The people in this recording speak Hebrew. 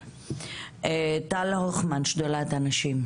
טל הוכמן, שדולת הנשים,